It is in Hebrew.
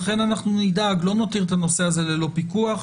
לכן אנחנו נדאג, לא נותיר את הנושא הזה ללא פיקוח.